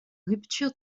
rupture